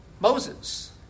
Moses